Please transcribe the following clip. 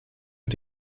mit